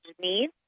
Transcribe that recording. need